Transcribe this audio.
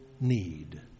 need